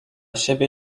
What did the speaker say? siebie